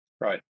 Right